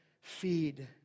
feed